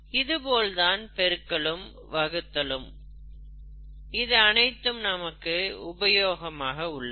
இதேபோல்தான் பெருக்கலும் வகுத்தலும் இது அனைத்தும் நமக்கு உபயோகமாக உள்ளது